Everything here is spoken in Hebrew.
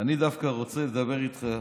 אני דווקא רוצה לדבר איתך,